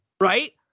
Right